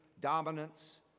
dominance